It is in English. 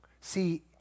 See